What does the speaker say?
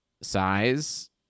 size